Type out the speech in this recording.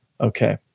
okay